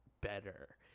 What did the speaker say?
better